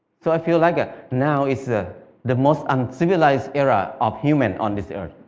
so i feel like ah now is the the most uncivilized era of humans on this earth.